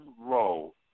role